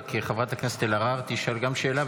רק חברת הכנסת אלהרר תשאל גם שאלה,